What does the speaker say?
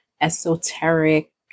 esoteric